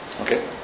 Okay